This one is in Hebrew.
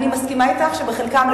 אני מסכימה אתך שבחלקם,